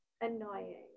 annoying